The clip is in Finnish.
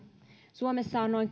suomessa on noin